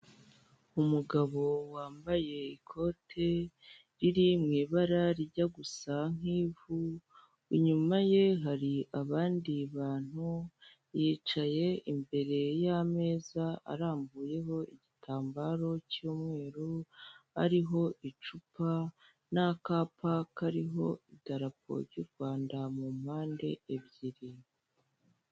Umugabo wambaye ikote riri mu ibara rijya gusa nk'ivu, inyuma ye hari abandi bantu bicaye imbere y'ameza arambuyeho igitambara cy'umweru hariho icupa n'akapa kariho idarapo ry'u Rwanda mu mpande ebyiri.